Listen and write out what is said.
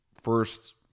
first